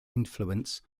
influence